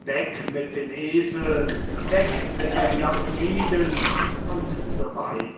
weg mit den eseln weg mit den jasoniden u s w